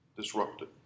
disrupted